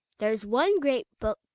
fere's one great book,